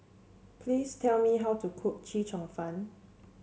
please tell me how to cook Chee Cheong Fun